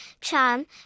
charm